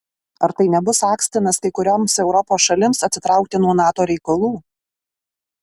ar tai nebus akstinas kai kurioms europos šalims atsitraukti nuo nato reikalų